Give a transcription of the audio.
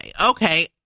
Okay